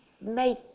made